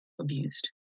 abused